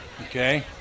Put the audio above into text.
Okay